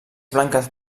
blanques